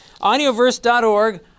Audioverse.org